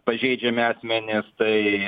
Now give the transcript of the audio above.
pažeidžiami asmenys tai